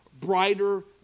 brighter